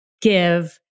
give